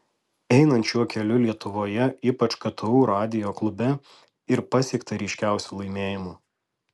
einant šiuo keliu lietuvoje ypač ktu radijo klube ir pasiekta ryškiausių laimėjimų